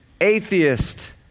atheist